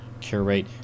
curate